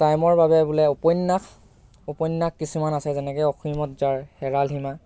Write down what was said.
টাইমৰ বাবে বোলে উপন্যাস উপন্যাস কিছুমান আছে যেনেকৈ অসীমত যাৰ হেৰাল সীমা